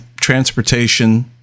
transportation